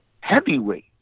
heavyweight